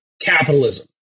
capitalism